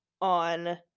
on